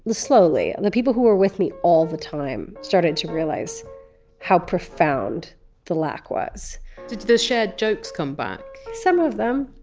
slowly, and the people who were with me all the time started to realize how profound the lack was did the shared jokes come back? some of them.